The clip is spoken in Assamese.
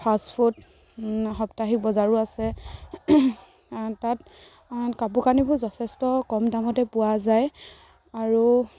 ফাষ্টফুড সপ্তাহিক বজাৰো আছে তাত কাপোৰ কানিবোৰ যথেষ্ট কম দামতে পোৱা যায় আৰু